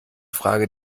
frage